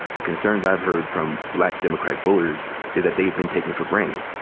the concerns i've heard from black democratic voters is that they have been taken for granted.